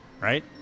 right